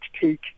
take